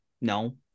No